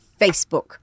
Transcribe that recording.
Facebook